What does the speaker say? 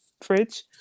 fridge